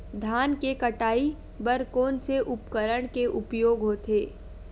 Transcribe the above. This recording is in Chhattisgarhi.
धान के कटाई बर कोन से उपकरण के उपयोग होथे?